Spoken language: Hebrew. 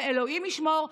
ואלוהים ישמור,